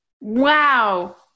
Wow